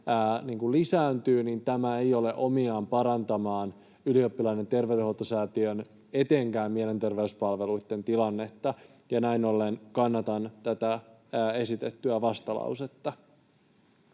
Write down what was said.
lisääntyy, ei ole omiaan parantamaan etenkään Ylioppilaiden terveydenhoitosäätiön mielenterveyspalveluitten tilannetta. Näin ollen kannatan tätä esitettyä vastalausetta.